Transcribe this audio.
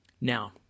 Now